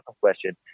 question